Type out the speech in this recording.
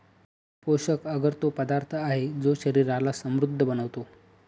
पोषक अगर तो पदार्थ आहे, जो शरीराला समृद्ध बनवतो